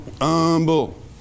humble